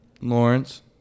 Lawrence